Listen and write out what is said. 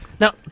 Now